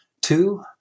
Two